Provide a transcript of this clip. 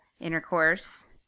intercourse